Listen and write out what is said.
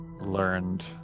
learned